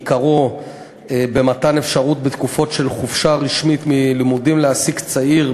עיקרו מתן אפשרות בתקופות של חופשה רשמית מלימודים להעסיק צעיר,